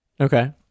Okay